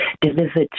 delivered